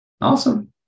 Awesome